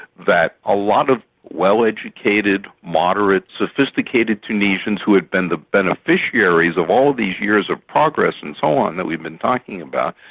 that a lot of well-educated, moderate, sophisticated tunisians who had been the beneficiaries of all these years of progress and so on that we've been talking about,